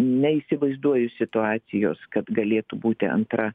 neįsivaizduoju situacijos kad galėtų būti antra